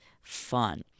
fun